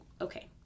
okay